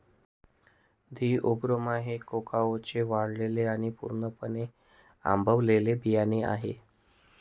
Theobroma हे कोकाओचे वाळलेले आणि पूर्णपणे आंबवलेले बियाणे आहे